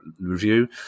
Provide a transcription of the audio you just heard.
review